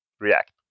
react